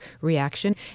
reaction